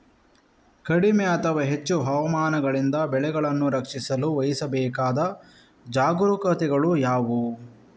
ಕಡಿಮೆ ಅಥವಾ ಹೆಚ್ಚು ಹವಾಮಾನಗಳಿಂದ ಬೆಳೆಗಳನ್ನು ರಕ್ಷಿಸಲು ವಹಿಸಬೇಕಾದ ಜಾಗರೂಕತೆಗಳು ಯಾವುವು?